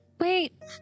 Wait